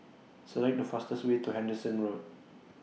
Select The fastest Way to Henderson Road